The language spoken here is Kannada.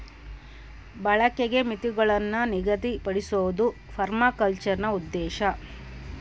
ಬಳಕೆಗೆ ಮಿತಿಗುಳ್ನ ನಿಗದಿಪಡ್ಸೋದು ಪರ್ಮಾಕಲ್ಚರ್ನ ಉದ್ದೇಶ